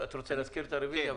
אתה רוצה להזכיר את הרוויזיה?